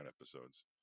episodes